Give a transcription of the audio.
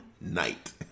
night